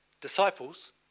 disciples